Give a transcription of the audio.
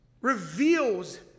reveals